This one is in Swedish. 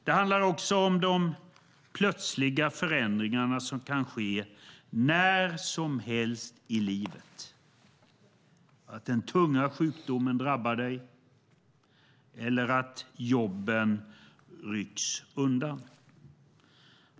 Det handlar också om de plötsliga förändringar som kan ske när som helst i livet - att den svåra sjukdomen drabbar dig eller att jobbet rycks undan.